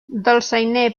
dolçainer